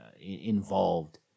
involved